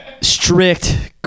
strict